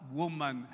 woman